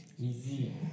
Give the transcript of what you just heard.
easy